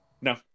no